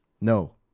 No